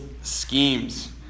schemes